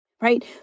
right